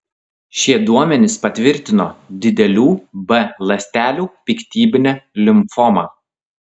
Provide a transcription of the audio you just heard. šie duomenys patvirtino didelių b ląstelių piktybinę limfomą